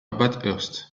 bathurst